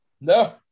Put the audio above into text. no